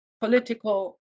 political